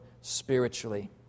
spiritually